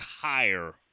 higher